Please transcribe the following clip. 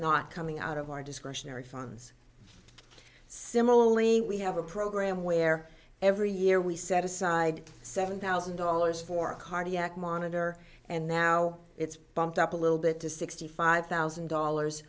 not coming out of our discretionary funds similarly we have a program where every year we set aside seven thousand dollars for a cardiac monitor and now it's bumped up a little bit to sixty five thousand dollars